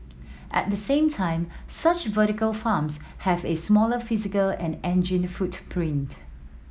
at the same time such vertical farms have a smaller physical and energy footprint